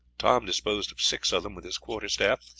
tom disposed of six of them with his quarter-staff,